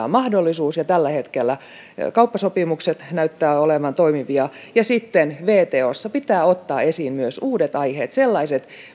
on mahdollisuus ja tällä hetkellä kauppasopimukset näyttävät olevan toimivia ja sitten wtossa pitää ottaa esiin myös uudet aiheet sellaiset